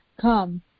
come